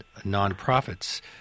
nonprofits